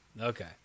okay